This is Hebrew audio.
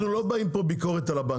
אנחנו לא באים פה בביקורת על הבנקים.